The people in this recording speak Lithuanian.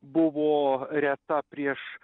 buvo reta prieš